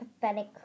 pathetic